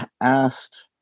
asked